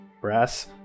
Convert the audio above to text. Brass